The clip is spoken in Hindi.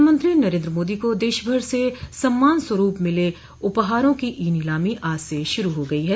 प्रधानमंत्री नरेंद्र मोदी को देशभर से सम्मान स्वरूप मिले उपहारों की ई नीलामी आज से शुरू हो गयी है